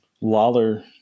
lawler